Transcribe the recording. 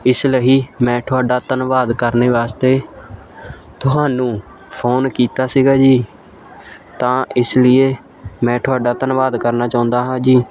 ਇਸ ਲਈ ਮੈਂ ਤੁਹਾਡਾ ਧੰਨਵਾਦ ਕਰਨ ਵਾਸਤੇ ਤੁਹਾਨੂੰ ਫੋਨ ਕੀਤਾ ਸੀਗਾ ਜੀ ਤਾਂ ਇਸ ਲੀਏ ਮੈਂ ਤੁਹਾਡਾ ਧੰਨਵਾਦ ਕਰਨਾ ਚਾਹੁੰਦਾ ਹਾਂ ਜੀ